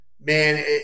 Man